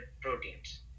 proteins